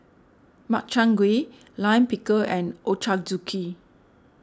Makchang Gui Lime Pickle and Ochazuke